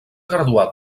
graduar